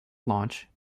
launch